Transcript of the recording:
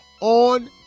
on